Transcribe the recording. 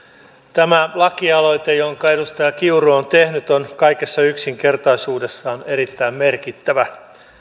tämä lakialoite jonka edustaja kiuru on tehnyt on kaikessa yksinkertaisuudessaan erittäin merkittävä